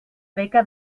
beca